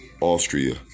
Austria